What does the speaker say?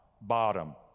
bottom